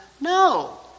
No